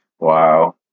Wow